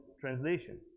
translation